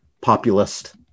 populist